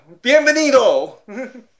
Bienvenido